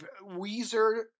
Weezer